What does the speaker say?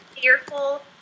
fearful